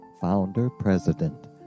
founder-president